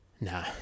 Nah